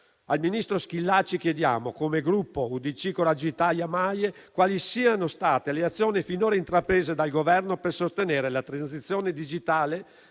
Al ministro Schillaci chiediamo, come Gruppo UDC-Coraggio Italia-MAIE, quali siano state le azioni finora intraprese dal Governo per sostenere la transizione digitale